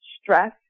stress